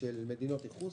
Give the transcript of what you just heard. ייחוס